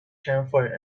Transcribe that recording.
campfire